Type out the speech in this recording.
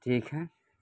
ٹھیک ہیں